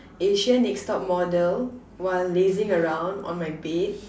Asian next top model while lazing around my bed